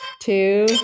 two